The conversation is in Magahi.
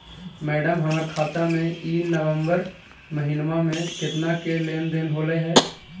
मैडम, हमर खाता में ई नवंबर महीनमा में केतना के लेन देन होले है